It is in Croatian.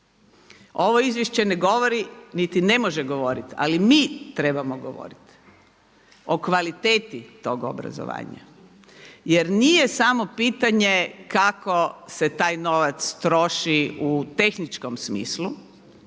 Ovo izvješće ne govori niti ne može govoriti ali mi trebamo govoriti o kvaliteti tog obrazovanja. Jer nije samo pitanje kako se taj novac troši u tehničkom smislu